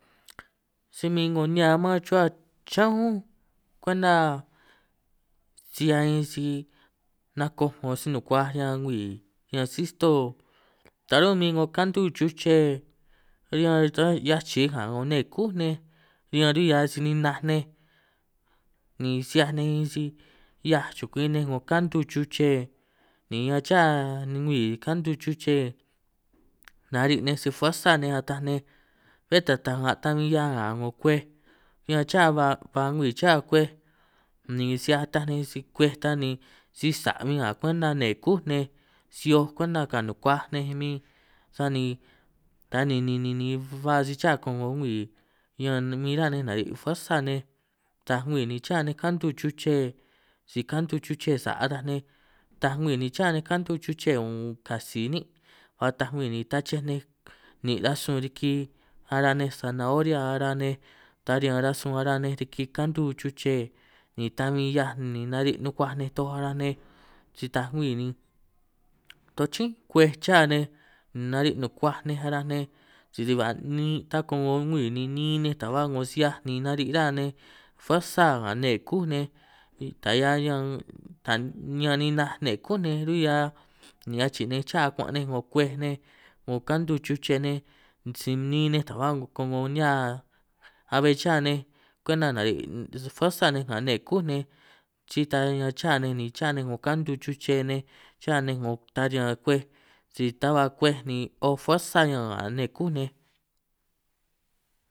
Si min ꞌngo nihia man chuhua chiñán unj kwenta si ꞌhiaj min si nakoꞌ ngo si nukuaj riña ngwii, riñan sí stoꞌo ta runꞌ min ꞌngo kantu chuche riñan ta ꞌhiaj chij nga ꞌngo nne kú nej, ñan runꞌ si ninaj nej ni si ꞌhiaj nej bin si ꞌhiaj chukui nej ꞌngo kantu chuche, ni ñan cha ngwii kantu chuche ni ñan cha ngwi kantu chuche, nariꞌ nej sij fuersa nej ataj nej bé ta taꞌnga ta bin ꞌhia nga ꞌngo kwej, ñan cha ba ba ngwii cha kwej, ni si ataj nej si kwej ta ni sisaꞌ min nga kwenta nne kúj nej, si hioꞌ kwenta ka nukuaj nej min sani ta ni ni ni ba si cha koꞌngo ngwii, ñan bin ruhua nej nariꞌ fuersa nej taaj ngwii ni cha ninj kantu chuche si kantu chuche, saꞌ ataj ninj taaj ngwii ni cha nej kantu chuche uun katsi ninꞌ ba taaj ngwii ni tnachej nej, ni rasun riki ara nej sanahoria ara nej ta riñan rasun riki kantu chuche ni ta bin ꞌhiaj, ni nariꞌ nukuaj nej toj araj nej si taaj ngwii ni toj chínꞌ kwej chá nej, ni nariꞌ nukuaj nej araj nej sisi ba niꞌin ta koꞌngo ngwii ni niin nej ta ba ꞌngo si ꞌhiaj ni nariꞌ ra nej fuersa nga nne kú nej, ta ꞌhia ñan ta ninaj nne kú nej ruꞌhia ni achiꞌi akuanꞌ nej, ꞌngo kwej cha nej ꞌngo kantu chuche nej siꞌnin nej, ta ba ꞌngo nihia abbe cha nej kwenta nariꞌ fuersa nej nga nne kú nej, si ta ñan cha nej cha nej ꞌngo kantu chuche nej, cha nej ꞌngo ta riñan kwej si ta ba kwej ni oj fuersa riñan nne kú nej.